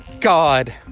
God